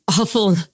awful